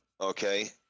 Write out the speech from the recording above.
Okay